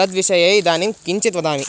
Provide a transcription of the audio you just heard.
तद्विषये इदानीं किञ्चित् वदामि